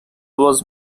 was